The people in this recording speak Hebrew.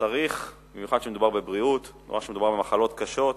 במיוחד כשמדובר בבריאות, מדובר במחלות קשות,